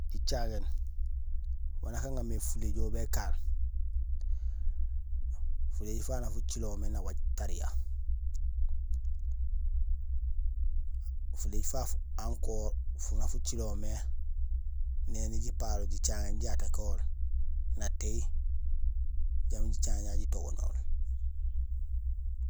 Jicaŋéén wanja aŋamé fuléjool békaan, fulééj fafu nak fucilo mé nawaaj tariya; fulééj fafu encore fo nak fucilo mé néni jipaal jicaŋéén ji attaqué ool natéy jambi jicaŋéén jaju jitogoñool.